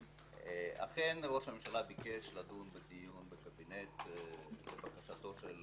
אכן ראש הממשלה ביקש לדון בדיון בקבינט לבקשתו של